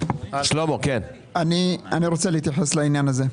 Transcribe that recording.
אני רוצה להתייחס לעניין הזה.